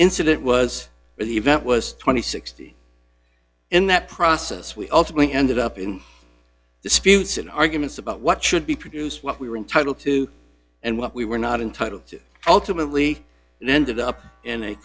incident was the event was two thousand and sixty in that process we ultimately ended up in disputes in arguments about what should be produced what we were entitled to and what we were not entitled to ultimately and ended up in a